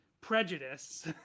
prejudice